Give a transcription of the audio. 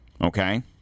Okay